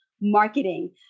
marketing